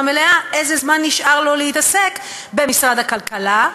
מלאה איזה זמן נשאר לו להתעסק במשרד הכלכלה,